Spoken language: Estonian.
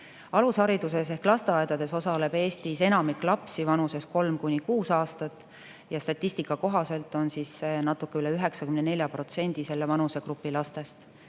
Alushariduses ehk lasteaedades osaleb Eestis enamik lapsi vanuses 3–6 aastat ja statistika kohaselt on see natuke üle 94% selle vanusegrupi lastest.